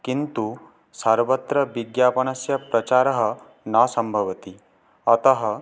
किन्तु सर्वत्र विज्ञापनस्य प्रचारः न सम्भवति अतः